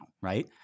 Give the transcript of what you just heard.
right